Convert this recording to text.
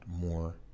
more